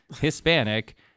Hispanic